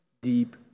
deep